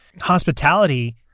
hospitality